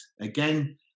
Again